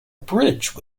bridge